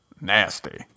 nasty